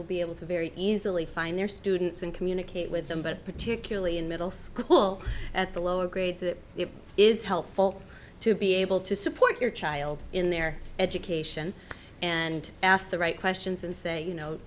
will be able to very easily find their students and communicate with them but particularly in middle school at the lower grades it is helpful to be able to support your child in their education and ask the right questions and say